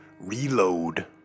reload